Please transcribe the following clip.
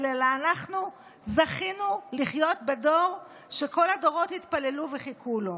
אלא אנחנו זכינו לחיות בדור שכל הדורות התפללו וחיכו לו.